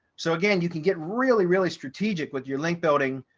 so again, you can get really, really strategic with your link building,